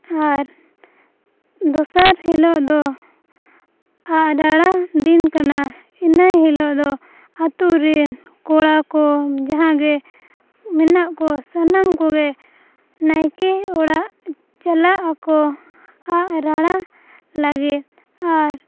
ᱟᱨ ᱫᱚᱥᱟᱨ ᱦᱤᱞᱳᱜ ᱫᱚ ᱟᱜ ᱨᱟᱲᱟ ᱫᱤᱱ ᱠᱟᱱᱟ ᱤᱱᱟᱹ ᱦᱤᱞᱳᱜ ᱫᱚ ᱟᱹᱛᱩᱨᱤᱱ ᱠᱚᱲᱟ ᱠᱚ ᱡᱟᱦᱟᱸᱜᱮ ᱢᱮᱱᱟᱜ ᱠᱚᱣᱟ ᱥᱟᱱᱟᱢ ᱠᱚᱜᱮ ᱱᱟᱭᱠᱮ ᱚᱲᱟᱜ ᱪᱟᱞᱟᱜ ᱟᱠᱚ ᱟᱜ ᱨᱟᱲᱟ ᱞᱟᱹᱜᱤᱫ ᱟᱨ